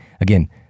again